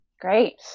great